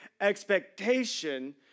expectation